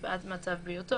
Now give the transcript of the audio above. מפאת מצב בריאותו,